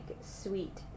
sweet